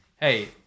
Hey